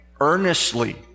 earnestly